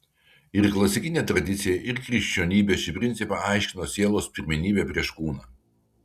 ir klasikinė tradicija ir krikščionybė šį principą aiškino sielos pirmenybe prieš kūną